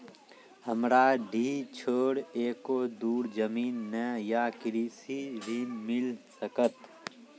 हमरा डीह छोर एको धुर जमीन न या कृषि ऋण मिल सकत?